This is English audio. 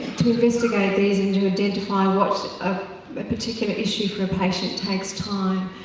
to investigate these, and to identify what a but particular issue for a patient, takes time.